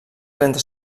trenta